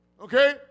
Okay